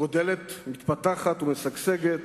גדלה, מתפתחת ומשגשגת,